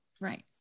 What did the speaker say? Right